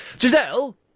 Giselle